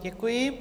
Děkuji.